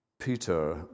Peter